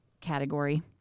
category